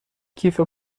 کیف